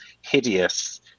hideous